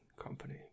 company